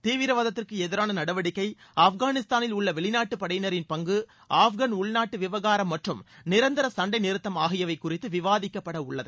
தீவிரவாதத்திற்கு எதிரான நடவடிக்கை ஆப்கானிஸ்தானில் உள்ள வெளிநாட்டுப் படையினரின் பங்கு ஆப்கன் உள்நாட்டு விவகாரம் மற்றும் நிரந்தர சண்டைநிறுத்தம் ஆகியவை குறித்து விவாதிக்கப்பட உள்ளது